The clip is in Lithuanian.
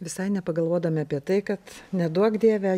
visai nepagalvodami apie tai kad neduok dieve